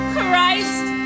Christ